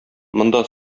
монда